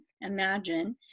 imagine